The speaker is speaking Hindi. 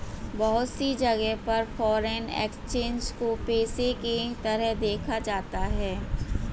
बहुत सी जगह पर फ़ोरेन एक्सचेंज को पेशे के तरह देखा जाता है